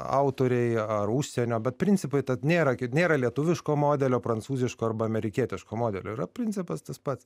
autoriai ar užsienio bet principai tad nėra nėra lietuviško modelio prancūziško arba amerikietiško modelio yra principas tas pats